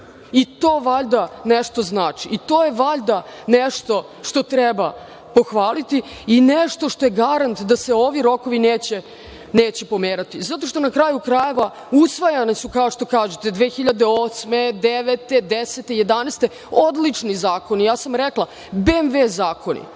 i to valjda nešto znači, i to je valjda nešto što treba pohvaliti i nešto što je garant da se ovi rokovi neće pomerati. Na kraju krajeva, usvajane su, kao što kažete, 2008, 2009, 2010, 2011. godine odlični zakoni. Ja sam rekla BMV zakoni,